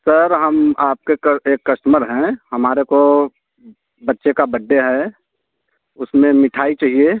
sir हम आपके कर एक कस्टमर हैं हमारे को बच्चे का बड्डे है उसमें मिठाई चाहिए